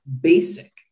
basic